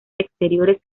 exteriores